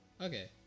Okay